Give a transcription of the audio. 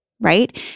right